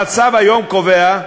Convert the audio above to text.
המצב כיום קובע,